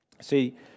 See